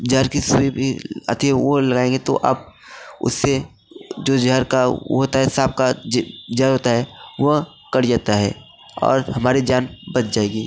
जहर की सुई भी आती है वो लगाएंगे तो आप उससे जो जहर का वो होता है साँप का जहर होता है वह कट जाता है और हमारी जान बच जाएगी